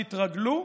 תתרגלו,